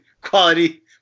quality